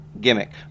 gimmick